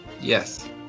yes